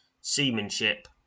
seamanship